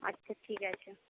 আচ্ছা ঠিক আছে